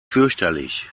fürchterlich